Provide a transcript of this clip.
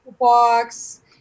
box